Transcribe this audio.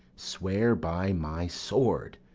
swear by my sword.